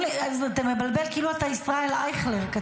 אתה מבלבל, כתוב כאילו אתה ישראל אייכלר.